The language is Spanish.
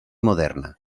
moderna